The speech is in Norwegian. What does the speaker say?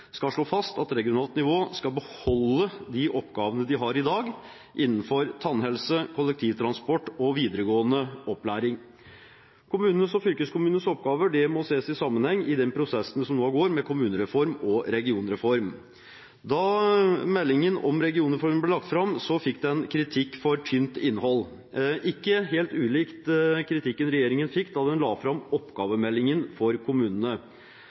skal slå fast at regionalt nivå skal beholde de oppgavene de har i dag innenfor tannhelse, kollektivtransport og videregående opplæring. Kommunenes og fylkeskommunenes oppgaver må ses i sammenheng i den prosessen som nå pågår med kommunereform og regionreform. Da meldingen om regionreform ble lagt fram, fikk den kritikk for tynt innhold – ikke helt ulikt kritikken regjeringen fikk da den la fram oppgavemeldingen for kommunene.